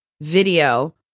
video